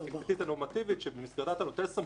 הנורמטיבית שבמסגרתה אתה נוטל סמכויות